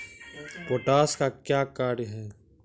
Potash का क्या कार्य हैं?